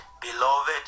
beloved